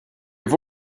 have